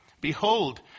Behold